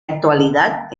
actualidad